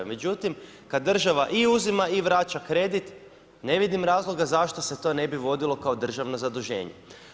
Međutim, kad država i uzima i vraća kredit ne vidim razloga zašto se to ne bi vodilo kao državna zaduženja.